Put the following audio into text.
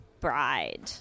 bride